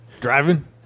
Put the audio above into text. Driving